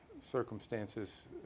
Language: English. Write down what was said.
circumstances